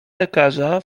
lekarza